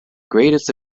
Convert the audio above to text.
greatest